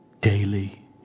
daily